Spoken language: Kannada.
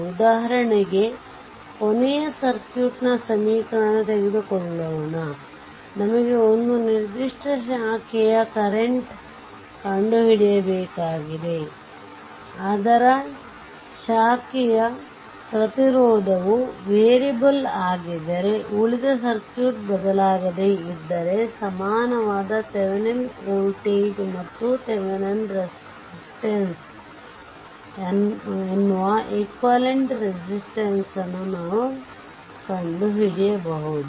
ಉದಾಹರಣೆಗೆ ಕೊನೆಯ ಸರ್ಕ್ಯೂಟ್ ನ ಸಮೀಕರಣ ತೆಗೆದುಕೊಳ್ಳೋಣ ನಮಗೆ ಒಂದು ನಿರ್ದಿಷ್ಟ ಶಾಖೆಯ ಕರೆಂಟ್ ಕಂಡುಹಿಡಯಬೇಕಾಗಿದೆ ಆದರ ಶಾಖೆಯ ಪ್ರತಿರೋಧವು ವೇರಿಯಬಲ್ ಆಗಿದ್ದರೆ ಉಳಿದ ಸರ್ಕ್ಯೂಟ್ ಬದಲಾಗದೆ ಇದ್ದರೆ ಸಮಾನವಾದ ತೆವೆನಿನ್ ವೋಲ್ಟೇಜ್ ಮತ್ತು ತೆವೆನಿನ್ ರೆಸಿಸ್ಟೆಂಸ್ ಎನ್ನುವ ಇಕ್ವಾಲೆಂಟ್ ರೆಸಿಸ್ಟೆಂಸ್ ನಾವು ಕಂಡುಹಿಡಿಯಬಹುದು